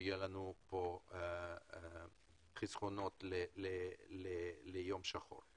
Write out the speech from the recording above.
שיהיה לנו פה חסכונות ליום שחור.